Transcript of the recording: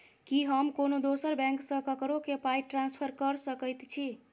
की हम कोनो दोसर बैंक सँ ककरो केँ पाई ट्रांसफर कर सकइत छि?